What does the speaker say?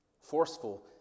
Forceful